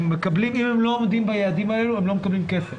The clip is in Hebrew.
אם הם לא עומדים ביעדים האלה הם לא מקבלים כסף.